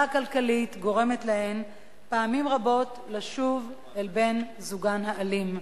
הכלכלית גורמת להן פעמים רבות לשוב אל בן-זוגן האלים.